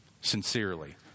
sincerely